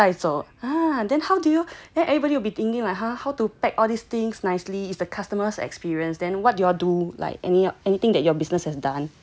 and then 突然间 like oh they say oh everything has to be like 要打包带走 then how do you then everybody will be thinking like how how to pack all these things nicely is the customer's experience then what do y'all do like any anything that your business has done